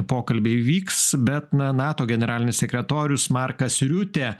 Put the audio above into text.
pokalbiai vyks bet na nato generalinis sekretorius markas riutė